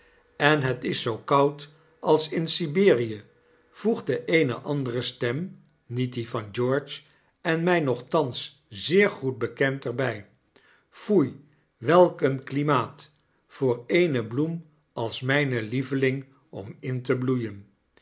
en het is zoo koud als in siberie voegde eene andere stem niet die van george en mi nochtans zeer goed bekend er bg foei welk een klimaat voor eene bloem als mgne lieveling om in te bloeien